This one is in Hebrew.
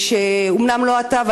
אומנם לא אתה,